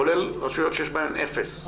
כולל רשויות שיש בהן אפס.